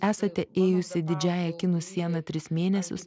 kol esate ėjusi didžiąja kinų siena tris mėnesius